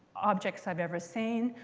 objects i've ever seen.